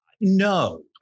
No